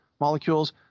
molecules